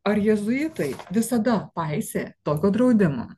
ar jėzuitai visada paisė tokio draudimo